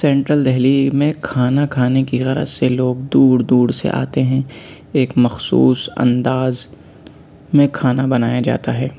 central Delhi میں کھانا کھانے کی غرض سے لوگ دور دور سے آتے ہیں ایک مخصوص انداز میں کھانا بنایا جاتا ہے